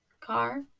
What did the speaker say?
car